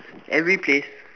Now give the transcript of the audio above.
every place